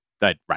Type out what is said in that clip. Right